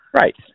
Right